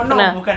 kena